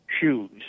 shoes